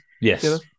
yes